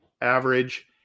average